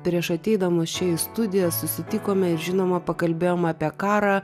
prieš ateidamos čia į studiją susitikome ir žinoma pakalbėjom apie karą